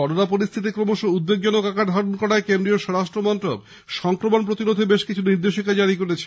corona পরিস্থিতি ক্রমশ উদ্বেগজনক আকার ধারণ করায় কেন্দ্রীয় স্বরাষ্ট্রমন্ত্রক সংক্রমণ প্রতিরোধে বেশ কিছু নির্দেশিকা জারি করেছে